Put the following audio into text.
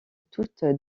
toute